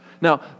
Now